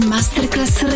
Masterclass